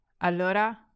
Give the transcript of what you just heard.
allora